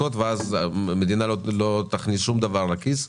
פוסקות ואז המדינה לא תכניס שום דבר לכיס.